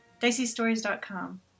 DiceyStories.com